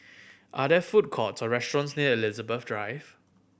are there food court or restaurants near Elizabeth Drive